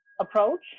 approach